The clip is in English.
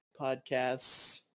Podcasts